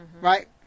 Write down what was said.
Right